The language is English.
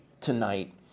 tonight